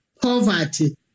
poverty